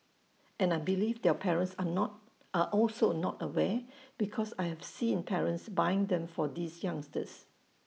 and I believe their parents are also not aware because I have seen parents buying them for these youngsters